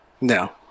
No